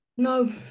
No